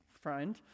friend